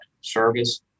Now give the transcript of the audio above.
Service